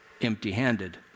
empty-handed